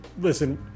listen